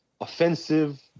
offensive